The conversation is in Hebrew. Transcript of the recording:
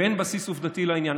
ואין בסיס עובדתי לעניין.